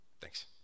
Thanks